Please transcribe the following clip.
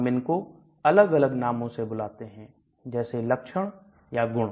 हम इनको अलग अलग नामों से बुलाते हैं जैसे लक्षण या गुण